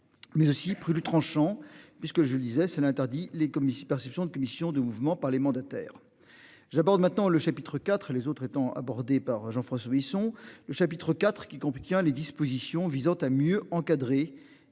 Mais aussi plus tranchant puisque je lisais interdit les communistes perception de commission du mouvement par les mandataires j'aborde maintenant le chapitre IV et les autres étant abordé par Jean-François Bisson le chapitre IV qui compliquera les dispositions visant à mieux encadrer